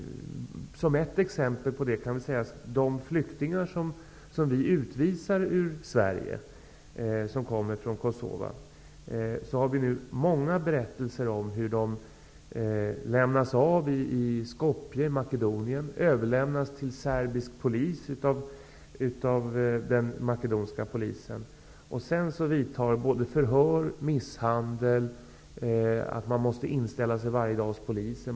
Ett exempel på det är de många berättelser om flyktingar från Kosova som vi har utvisat ur Sverige. De lämnas av i Skopje i Makedonien, och den makedonska polisen överlämnar dem till den serbiska polisen. Sedan följer både förhör och misshandel. De måste inställa sig varje dag hos polisen.